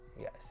yes